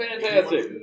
Fantastic